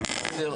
לדבי.